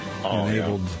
enabled